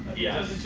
yes,